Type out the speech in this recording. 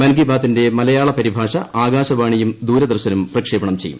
മൻ കി ബാത്തിന്റെ മലയാള പരിഭാഷ ആകാശവാണിയും ദൂരദർശനും പ്രക്ഷേപണം ചെയ്യും